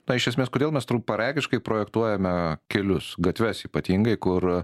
na iš esmės kodėl mes trumparegiškai projektuojame kelius gatves ypatingai kur